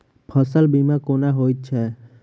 फसल बीमा कोना होइत छै?